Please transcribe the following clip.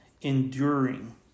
enduring